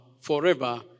forever